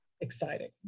exciting